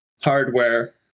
hardware